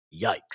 Yikes